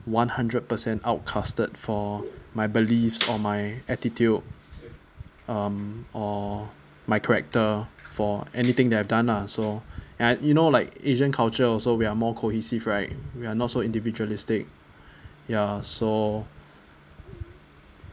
one hundred percent outcasted for my beliefs or my attitude (um)or my character for anything that I've done lah so and you know like asian culture also we are more cohesive right we're not so individualistic ya so